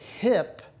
hip